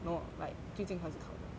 no like 最近他是考的